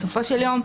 בסופו של יום,